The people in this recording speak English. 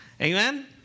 Amen